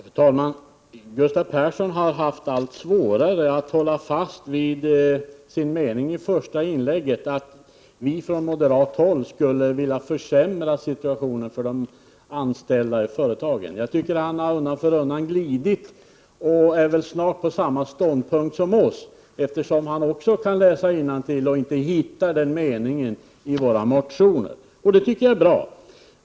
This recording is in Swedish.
Fru talman! Gustav Persson har haft allt svårare att hålla fast vid sin mening i första inlägget, att vi från moderat håll skulle vilja försämra situationen för de anställda i företagen. Jag tycker att han undan för undan har glidit, och snart är han väl på samma ståndpunkt som vi, eftersom han också kan läsa innantill och inte hittar den meningen i våra motioner. Det tycker jag är bra.